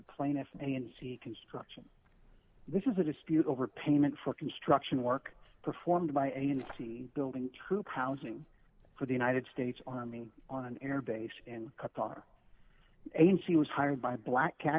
plaintiff and see construction this is a dispute over payment for construction work performed by agency building troops housing for the united states army on an air base in qatar ain she was hired by blackca